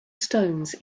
stones